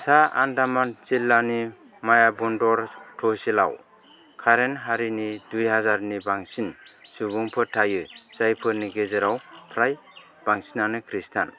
सा आन्डामान जिल्लानि मायाबन्दर तहसीलाव कारेन हारिनि दुइ हाजारनि बांसिन सुबुंफोर थायो जायफोरनि गेजेराव फ्राय बांसिनानो ख्रीष्टान